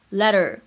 letter